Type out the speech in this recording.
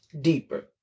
deeper